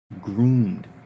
groomed